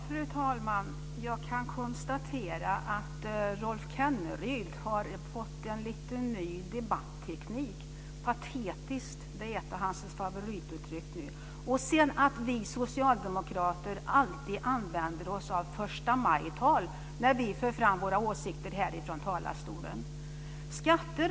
Fru talman! Jag kan konstatera att Rolf Kenneryd har fått en ny debatteknik. "Patetiskt" är ett av hans favoritord nu. Sedan säger han att vi socialdemokrater alltid använder oss av förstamajtal när vi för fram våra åsikter från talarstolen här.